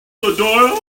doyle